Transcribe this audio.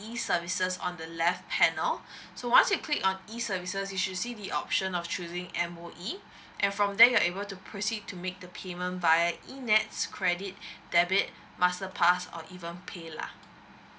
E services on the left hand panel so once you click on E services you should see the option of choosing M_O_E and from there you're able to proceed to make the payment via enets credit debit master pass or even paylah